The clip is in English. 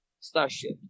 starship